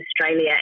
Australia